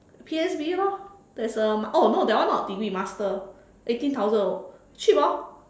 P_S_B lor there's a oh no that one not degree master eighteen thousand cheap hor